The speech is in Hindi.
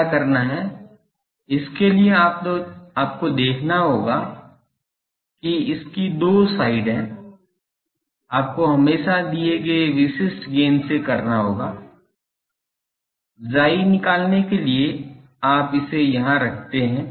क्या करना है इसके लिए आपको दिखना होगा कि इसकी 2 साइड है आपको हमेशा दिए गए विशिष्ट गेन से करना होगा chi निकालने के लिए आप इसे यहां रखते हैं